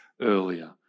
earlier